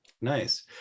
Nice